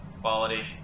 quality